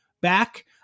back